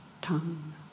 tongue